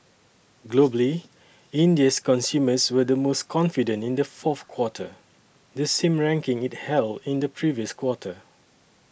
globally India's consumers were the most confident in the fourth quarter the same ranking it held in the previous quarter